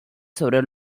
sobre